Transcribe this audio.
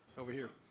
over here.